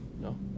No